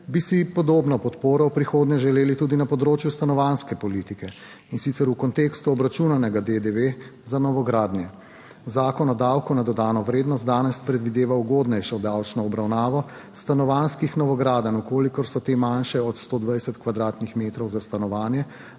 bi si podobno podporo v prihodnje želeli tudi na področju stanovanjske politike, in sicer v kontekstu obračunanega DDV za novogradnje. Zakon o davku na dodano vrednost danes predvideva ugodnejšo davčno obravnavo stanovanjskih novogradenj, v kolikor so te manjše od 120 m2 za stanovanje